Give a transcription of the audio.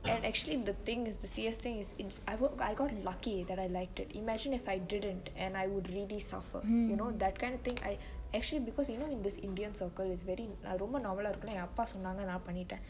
and actually the thing is the C_S thing is is I work I got lucky that I liked it imagine if I didn't and I would really suffer you know in this indian circle is very அது ரொம்ப:athu rombe normal லா இருக்குனு என் அப்பா சொன்னாங்க அதுனால பன்னிட்ட:la irukunu yen appa sonnange athenaale pannite